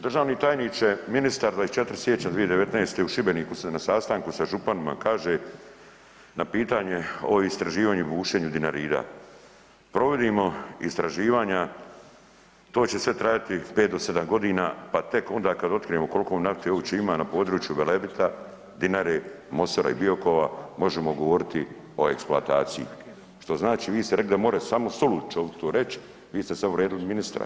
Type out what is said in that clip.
Državni tajniče, ministar 24. siječnja 2019. u Šibeniku se na sastanku sa županima kaže na pitanje o istraživanju, bušenju Dinarida: „Provodimo istraživanja to će sve trajati 5 do 7 godina, pa tek onda kada otkrijemo koliko nafte uopće ima na području Velebita, Dinare, Mosora i Biokova možemo govoriti o eksploataciji.“ Što znači vi ste rekli da može samo sulud čovjek to reći, vi ste sada uvrijedili ministra.